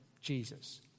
Jesus